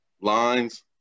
lines